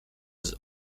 was